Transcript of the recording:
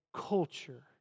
culture